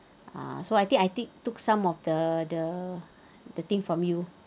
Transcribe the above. ah so I think I did took some of the the the thing from you